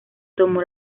tomó